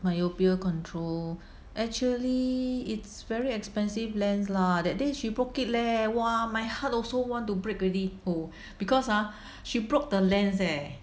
myopia control actually it's very expensive lens lah that day she broke it leh !wah! my heart also want to break already oh because ah she broke the lens leh